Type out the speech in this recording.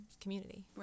community